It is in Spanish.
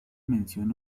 mención